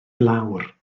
lawr